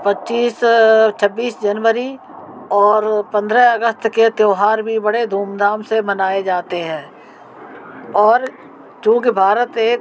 पच्चीस छब्बीस जनवरी और पंद्रह अगस्त के त्यौहार भी बड़े धूम धाम से मनाए जाते हैं और चूंकि भारत एक